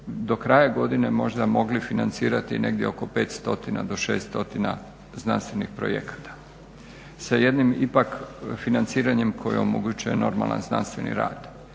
do kraja godine možda mogli financirati negdje oko 5 stotina do 6 stotina znanstvenih projekata sa jednim ipak financiranjem koje omogućuje normalan znanstveni rad.